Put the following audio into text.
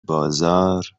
بازار